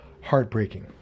heartbreaking